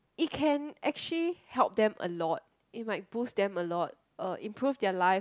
it can actually help them a lot it might boost them a lot uh improve their life